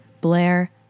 Blair